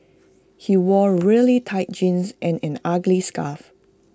he wore really tight jeans and an ugly scarf